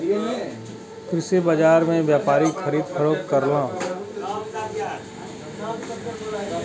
कृषि बाजार में व्यापारी खरीद फरोख्त करलन